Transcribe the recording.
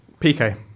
PK